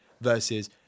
versus